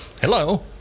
Hello